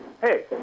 hey